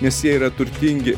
nes jie yra turtingi